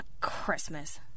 Christmas